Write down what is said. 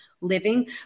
living